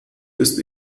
ist